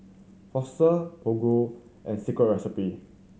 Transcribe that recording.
Fossil Prego and Secret Recipe